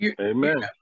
amen